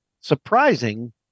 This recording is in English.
surprising